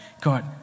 God